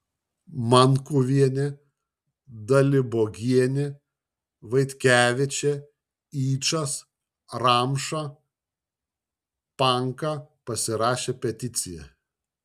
mankuvienė dalibogienė vaitkevičė yčas ramša panka pasirašė peticiją